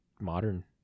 modern